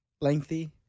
lengthy